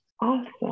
Awesome